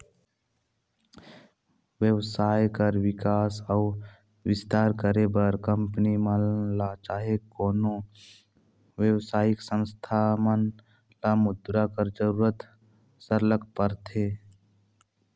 बयपार कर बिकास अउ बिस्तार करे बर कंपनी मन ल चहे कोनो बेवसायिक संस्था मन ल मुद्रा कर जरूरत सरलग परथे